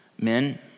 Men